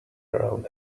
around